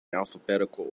alphabetical